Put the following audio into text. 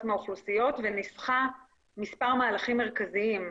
מהאוכלוסיות וניסחה מספר מהלכים מרכזיים,